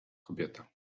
kobieta